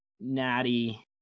Natty